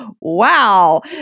Wow